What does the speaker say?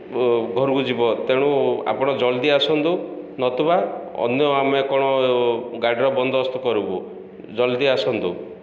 ଘରକୁ ଯିବ ତେଣୁ ଆପଣ ଜଲ୍ଦି ଆସନ୍ତୁ ନତବା ଅନ୍ୟ ଆମେ କ'ଣ ଗାଡ଼ିର ବନ୍ଦୋବସ୍ତ କରିବୁ ଜଲ୍ଦି ଆସନ୍ତୁ